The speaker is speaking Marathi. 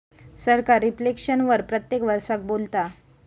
सरकार रिफ्लेक्शन वर प्रत्येक वरसाक बोलता